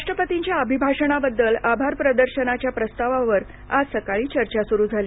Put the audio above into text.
राष्ट्रपतींच्या अभिभाषणाबद्दल आभारप्रदर्शनाच्या प्रस्तावावर आज सकाळी चर्चा सुरू झाली